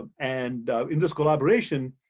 um and in this collaboration,